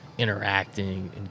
interacting